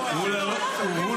שלוש דקות ל-15:00.